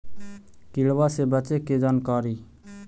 किड़बा से बचे के जानकारी?